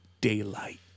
daylight